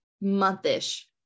month-ish